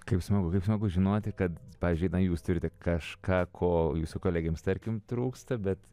kaip smagu smagu žinoti kad pavyzdžiui na jūs turite kažką ko jūsų kolegėms tarkim trūksta bet